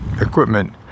equipment